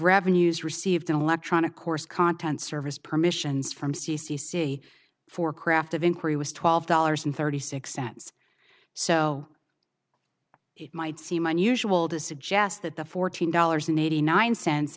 revenues received an electronic course content service permissions from c c c for craft of inquiry was twelve dollars and thirty six cents so it might seem unusual to suggest that the fourteen dollars ninety nine cents